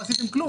לא עשיתם כלום.